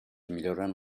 milloren